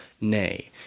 nay